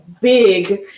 big